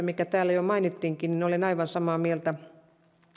mikä täällä jo mainittiinkin olen aivan samaa mieltä